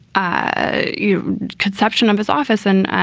ah you know conception of his office. and,